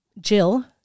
Jill